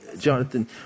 Jonathan